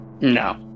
no